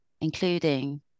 including